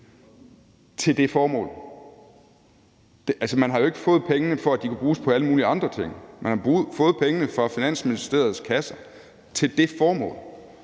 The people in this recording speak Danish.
til det formål. Altså, man har jo ikke fået pengene, for at de kunne bruges på alle mulige andre ting. Man har fået pengene fra Finansministeriets kasse til det formål,